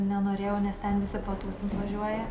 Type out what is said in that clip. nenorėjau nes ten visi patūsint važiuoja